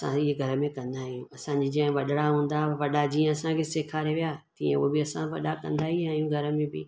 असांजे घर में कंदा आहियूं असांजी जे वॾणा हूंदा वॾा जीअं असांखे सेखारे विया तीअं उहे बि असां वॾा कंदा ई आहियूं घर में बि